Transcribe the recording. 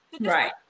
Right